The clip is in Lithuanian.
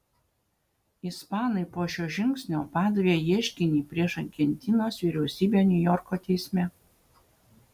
ispanai po šio žingsnio padavė ieškinį prieš argentinos vyriausybę niujorko teisme